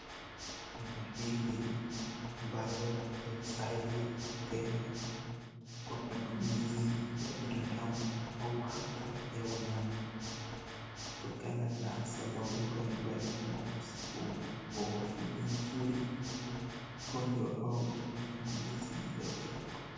Hii mahidi ambapo haifai tena kwa matumizi ya binadamu au hata ya wanyama kutokana na sababu mbalimbali kama vile ukosefu wa afya nzuri, ugonjwa au ushambulizi ya wadudu.